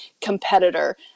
competitor